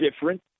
different